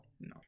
No